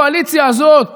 הקואליציה הזאת,